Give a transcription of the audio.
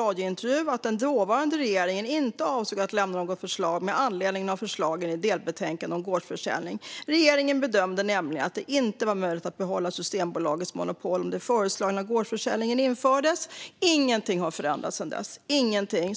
Hon sa att den dåvarande regeringen inte avsåg att lämna något förslag med anledning av förslagen i delbetänkandet om gårdsförsäljning. Regeringen bedömde nämligen att det inte var möjligt att behålla Systembolagets monopol om den föreslagna gårdsförsäljningen infördes. Sedan dess har ingenting förändrats